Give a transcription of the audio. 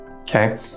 okay